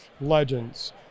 Legends